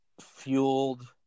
fueled